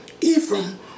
Ephraim